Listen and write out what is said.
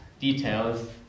details